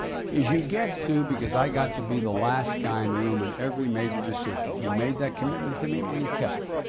is you get to, because i got to be the last guy in the room in every major decision. he made that commitment to me and he kept it.